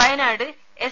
Wayanad S